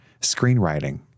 screenwriting